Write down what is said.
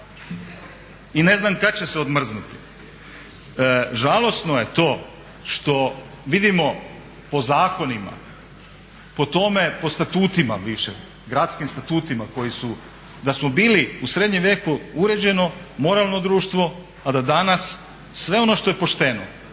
I ne znam kad će se odmrznuti. Žalosno je to što vidimo po zakonima, po statutima više, gradskim statutima, da smo bili u srednjem vijeku uređeno, moralno društvo, a da danas sve ono što je pošteno,